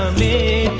me